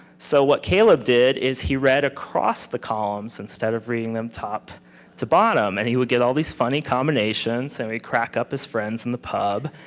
so what caleb did is he read across the columns instead of reading them top to bottom. and he would get all these funny combinations and he'd crack up his friends in the pub.